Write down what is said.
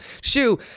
shoe